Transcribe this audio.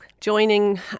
joining